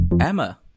Emma